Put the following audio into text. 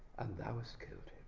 and thou hast killed